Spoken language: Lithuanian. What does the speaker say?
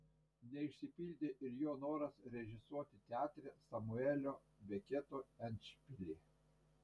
neišsipildė ir jo noras režisuoti teatre samuelio beketo endšpilį